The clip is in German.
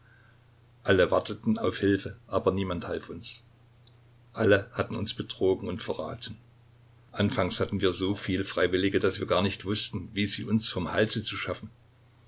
alle warteten auf hilfe aber niemand half uns alle hatten uns betrogen und verraten anfangs hatten wir so viel freiwillige daß wir gar nicht wußten wie sie uns vom halse zu schaffen